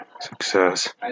success